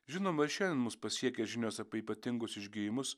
žinoma ir šiandien mus pasiekė žinios apie ypatingus išgijimus